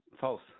False